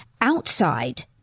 outside